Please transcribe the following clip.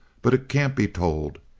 but it can't be told!